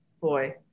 boy